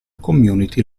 community